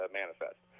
manifest